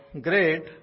great